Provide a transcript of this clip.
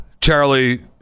Charlie